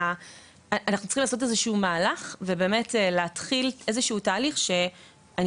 אנחנו צריכים איזשהו מהלך ולהתחיל תהליך שאני